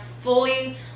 fully